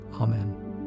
Amen